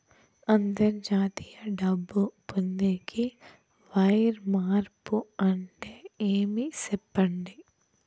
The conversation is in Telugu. అంతర్జాతీయ డబ్బు పొందేకి, వైర్ మార్పు అంటే ఏమి? సెప్పండి?